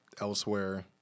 elsewhere